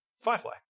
Firefly